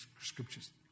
scriptures